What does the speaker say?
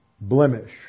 blemish